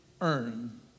earn